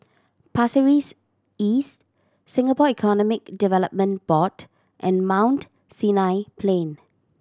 Pasir Ris East Singapore Economic Development Board and Mount Sinai Plain